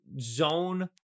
zone